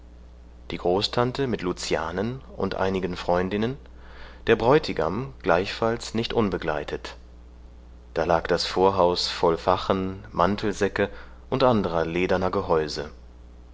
die großtante mit lucianen und einigen freundinnen der bräutigam gleichfalls nicht unbegleitet da lag das vorhaus voll vachen mantelsäcke und anderer lederner gehäuse